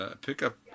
pickup